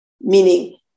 meaning